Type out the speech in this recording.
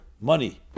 money